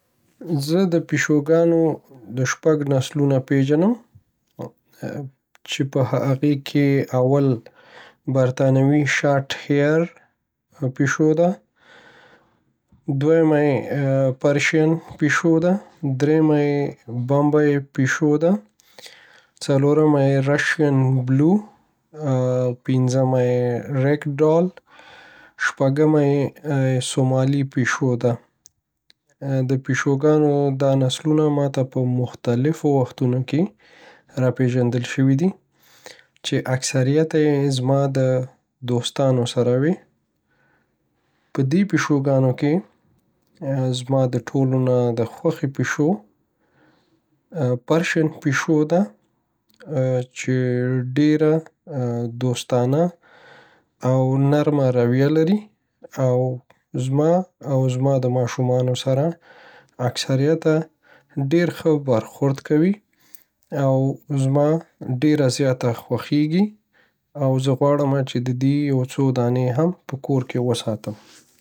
زه د پیشوګانو شږ نسلونه پیژنم چی په هغی کی اول. برطانوی شارټ هیر دویم. پرشین پیشو ده دریم، بمبی پیشو ده، څلورم. رشین بلو، پنځم، سومالی پیشو ده، د پیشوګانو دا نسلونه ماته په مختلف وختونو کیی راپیژندل شوی چی اکثریته یی ځما د دوسنتانو سره وی. په دی پیشوګانو کیی ځما د ټولو نه د خوښی پیشو پرشین پیشو ده چی ډیره دوستانه او نرمه رویه لری او ځما او ځما د ماشومانو سره اکثریته ډیر خه برخورد کوی او ځما ډیره خوښیږی. او زه غواړم چی د دی سو دانی په کور کیی وساتم